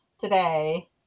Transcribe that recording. today